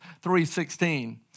3.16